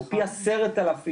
או פי 10 אלף,